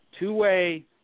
two-way